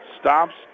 Stops